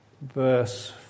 Verse